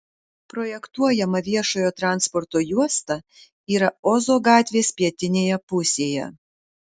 projektuojama viešojo transporto juosta yra ozo gatvės pietinėje pusėje